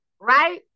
Right